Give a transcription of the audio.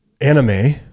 Anime